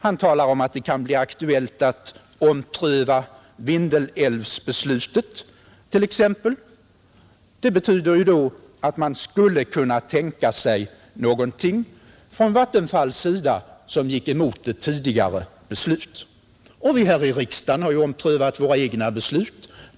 Han säger att det kan bli aktuellt att ompröva t.ex. Vindelälvsbeslutet. Det betyder ju att man skulle kunna tänka sig någonting från Vattenfalls sida som gick emot tidigare beslut. Och vi här i riksdagen har ju omprövat våra egna beslut.